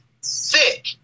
sick